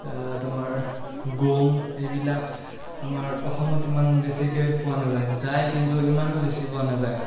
তোমাৰ গম এইবিলাক আমাৰ অসমত ইমান বেছিকৈ পোৱা নাযায় যায় কিন্তু ইমানো বেছি পোৱা নাযায়